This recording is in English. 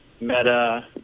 meta